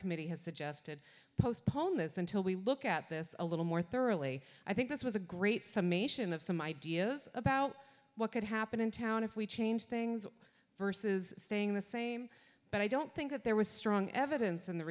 committee has suggested postpone this until we look at this a little more thoroughly i think this was a great summation of some ideas about what could happen in town if we change things versus staying the same but i don't think that there was strong evidence in the